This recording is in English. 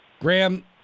Graham